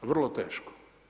Vrlo teško.